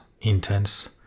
intense